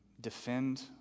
defend